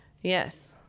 Yes